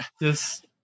Yes